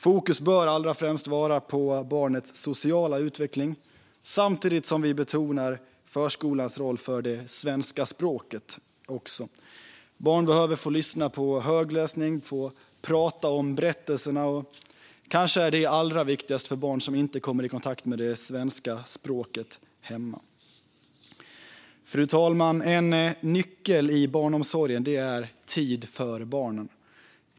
Fokus bör allra främst ligga på barnets sociala utveckling, samtidigt som förskolans roll för svenska språket betonas. Barn behöver få lyssna på högläsning och prata om berättelserna. Detta är allra viktigast för barn som inte kommer i kontakt med det svenska språket hemma. Fru talman! En nyckel i barnomsorgen är tid för barnen.